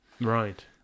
Right